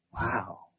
Wow